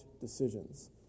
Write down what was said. decisions